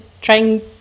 trying